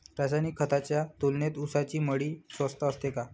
रासायनिक खतांच्या तुलनेत ऊसाची मळी स्वस्त असते का?